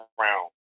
round